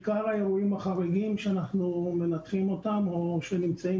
עיקר האירועים החריגים שאנחנו מנתחים אותם או שנמצאים